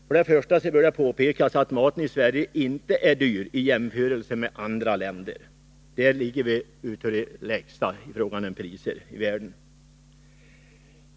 Först och främst bör det påpekas att maten i Sverige inte är dyr i jämförelse med i andra länder. Vi hör till dem som har de lägsta matpriserna i världen.